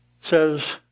says